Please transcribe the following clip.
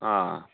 अँ